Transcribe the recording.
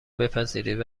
بپذیرید